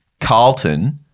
Carlton